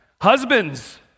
husbands